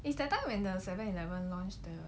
it's that time when the seven eleven launch